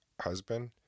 Husband